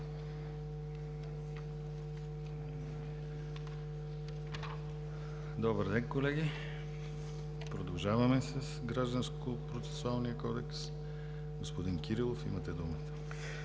Добър ден, колеги! Продължаваме с Гражданския процесуален кодекс. Господин Кирилов, имате думата.